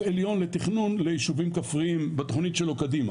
עליון לתכנון ליישובים כפריים בתוכנית שלו קדימה,